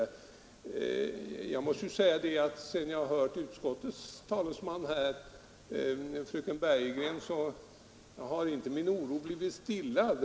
Efter att ha lyssnat till utskottets talesman fröken Bergegren har inte min oro blivit stillad.